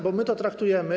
Bo my to traktujemy.